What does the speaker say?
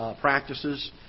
practices